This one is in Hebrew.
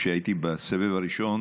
כשהייתי בסבב הראשון